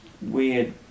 weird